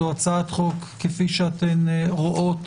זו הצעת חוק, כפי שאתן רואות,